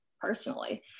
personally